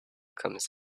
comes